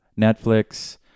Netflix